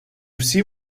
всі